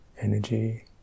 energy